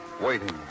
waiting